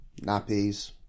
Nappies